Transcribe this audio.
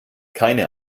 keine